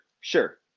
sure